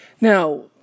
Now